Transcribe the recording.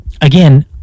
again